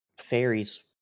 fairies